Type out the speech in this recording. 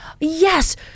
Yes